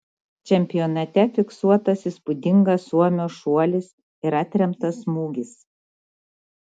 čempionate fiksuotas įspūdingas suomio šuolis ir atremtas smūgis